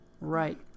Right